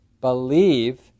believe